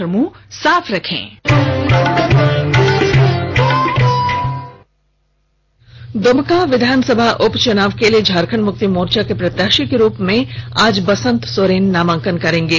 एक रिपोर्ट दुमका विधानसभा उपचुनाव के लिए झारखंड मुक्ति मोर्चा के प्रत्याशी के रूप में आज बसंत सोरेन नामांकन करेंगे